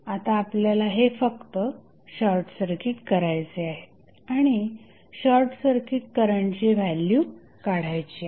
आता आपल्याला हे फक्त शॉर्टसर्किट करायचे आहेत आणि शॉर्टसर्किट करंटची व्हॅल्यू काढायची आहे